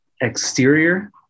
exterior